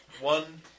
One